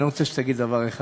אני רוצה שתגיד דבר אחד,